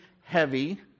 heavy